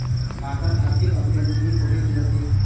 भारतात आर्थिक अभियांत्रिकी कोठे केले जाते?